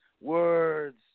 words